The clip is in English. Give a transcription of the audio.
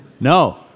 No